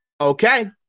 Okay